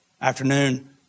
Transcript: afternoon